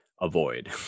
avoid